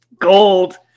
gold